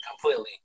completely